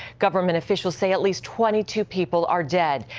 government officials say at least twenty two people are dead.